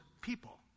people